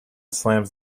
slams